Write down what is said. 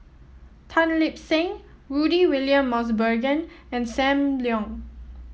Tan Lip Seng Rudy William Mosbergen and Sam Leong